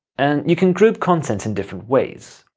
and you can group content in different ways.